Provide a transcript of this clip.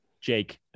Jake